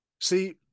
See